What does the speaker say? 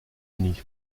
unis